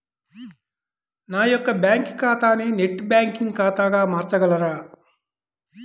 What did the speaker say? నా యొక్క బ్యాంకు ఖాతాని నెట్ బ్యాంకింగ్ ఖాతాగా మార్చగలరా?